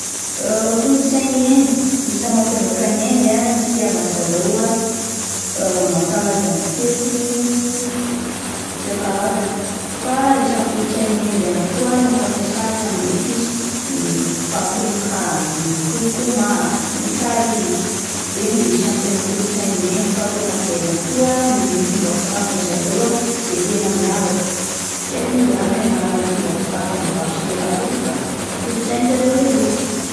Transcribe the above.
Kolotsain'i Inde isan'ny mampiavaka ny Inde ny fitiavan'ny zareo ah mankalaza ny fety isan-karazana fa isan'ny kolotsain'i Inde ihany koa ny fampiasaina ny episy: ny paprika, ny korkoma ah, ny kary ih, ireny de tena isan'ny kolotsain'i Inde fa akotran'izay ihany koa ny fomba fitafy ny zareo ah izay tena miavaka, tsy haiko mo zany ny anaran'ilay fomba fitafin'ny vehivavy sy lehilahy ireny fa kolotsainy zareo ilay izy.